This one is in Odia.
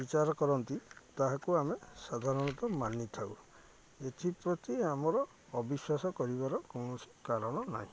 ବିଚାର କରନ୍ତି ତାହାକୁ ଆମେ ସାଧାରଣତଃ ମାନିଥାଉ ଏଥିପ୍ରତି ଆମର ଅବିଶ୍ୱାସ କରିବାର କୌଣସି କାରଣ ନାହିଁ